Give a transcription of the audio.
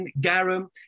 garum